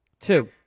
Two